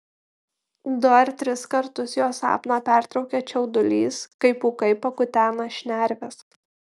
du ar tris kartus jo sapną pertraukia čiaudulys kai pūkai pakutena šnerves